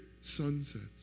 sunsets